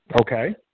Okay